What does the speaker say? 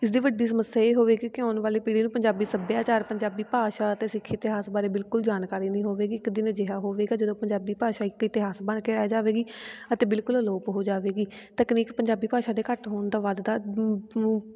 ਇਸਦੀ ਵੱਡੀ ਸਮੱਸਿਆ ਇਹ ਹੋਵੇਗੀ ਕਿ ਆਉਣ ਵਾਲੀ ਪੀੜ੍ਹੀ ਨੂੰ ਪੰਜਾਬੀ ਸੱਭਿਆਚਾਰ ਪੰਜਾਬੀ ਭਾਸ਼ਾ ਅਤੇ ਸਿੱਖ ਇਤਿਹਾਸ ਬਾਰੇ ਬਿਲਕੁਲ ਜਾਣਕਾਰੀ ਨਹੀਂ ਹੋਵੇਗੀ ਇੱਕ ਦਿਨ ਅਜਿਹਾ ਹੋਵੇਗਾ ਜਦੋਂ ਪੰਜਾਬੀ ਭਾਸ਼ਾ ਇੱਕ ਇਤਿਹਾਸ ਬਣ ਕੇ ਰਹਿ ਜਾਵੇਗੀ ਅਤੇ ਬਿਲਕੁਲ ਅਲੋਪ ਹੋ ਜਾਵੇਗੀ ਤਕਨੀਕ ਪੰਜਾਬੀ ਭਾਸ਼ਾ ਦੇ ਘੱਟ ਹੋਣ ਦਾ ਵੱਧਦਾ